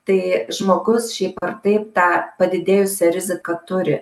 tai žmogus šiaip ar taip tą padidėjusią riziką turi